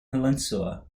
peninsula